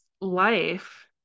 life